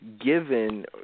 given